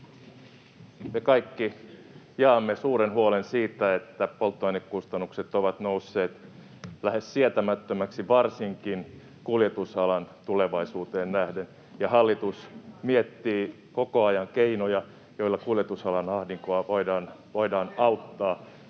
Me kaikki jaamme suuren huolen siitä, että polttoainekustannukset ovat nousseet lähes sietämättömiksi varsinkin kuljetusalan tulevaisuuteen nähden, [Riikka Purran välihuuto] ja hallitus miettii koko ajan keinoja, joilla kuljetusalan ahdinkoa voidaan auttaa